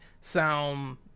sound